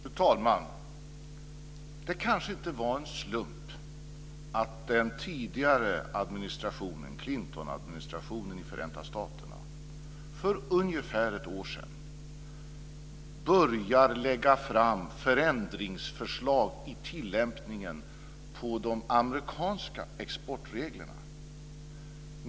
Fru talman! Det kanske inte var en slump att den tidigare administrationen, Clintonadministrationen i Förenta staterna, för ungefär ett år sedan började lägga fram förändringsförslag vad gäller tillämpningen av de amerikanska exportreglerna.